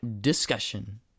discussion